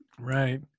Right